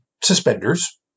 suspenders